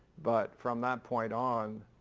but from that point on